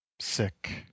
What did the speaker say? sick